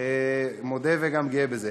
מודה וגם גאה בזה.